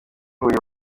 huye